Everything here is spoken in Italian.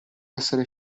essere